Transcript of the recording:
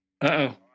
Uh-oh